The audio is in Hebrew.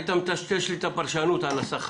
היית מטשטש לי את הפרשנות על השכר.